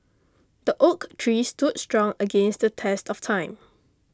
the oak tree stood strong against the test of time